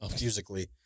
musically